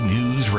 News